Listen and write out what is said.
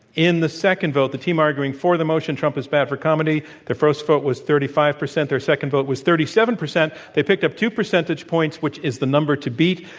in the second vote, the team arguing for the motion, trump is bad for comedy, the first vote was thirty five percent. their second vote was thirty seven percent. they picked up two percentage points, which is the number to beat.